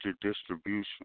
distribution